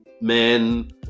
Men